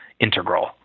integral